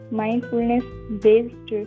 mindfulness-based